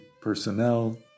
personnel